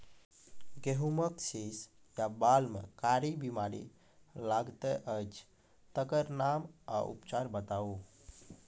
गेहूँमक शीश या बाल म कारी बीमारी लागतै अछि तकर नाम आ उपचार बताउ?